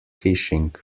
fishing